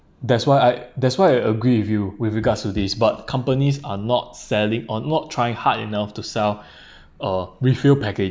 that's why I that's why I agree with you with regards to this but companies are not selling or not trying hard enough to sell a refill